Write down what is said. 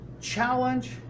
challenge